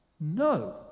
no